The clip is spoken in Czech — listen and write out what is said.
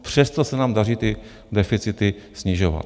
Přesto se nám daří deficity snižovat.